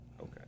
Okay